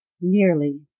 Nearly